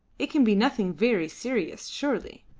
it can be nothing very serious, surely.